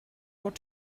what